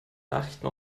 nachrichten